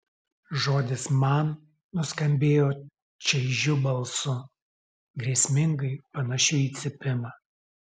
žodis man nuskambėjo čaižiu balsu grėsmingai panašiu į cypimą